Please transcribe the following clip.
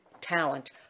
talent